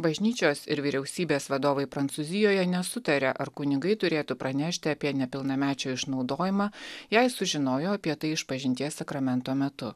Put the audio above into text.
bažnyčios ir vyriausybės vadovai prancūzijoje nesutaria ar kunigai turėtų pranešti apie nepilnamečių išnaudojimą jei sužinojo apie tai išpažinties sakramento metu